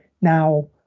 Now